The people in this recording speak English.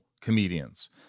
comedians